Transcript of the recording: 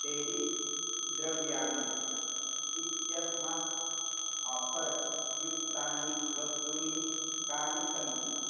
dairy द्रव्याणि इत्यस्मात् offer युक्तानि वस्तूनि कानि सन्ति